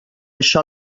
això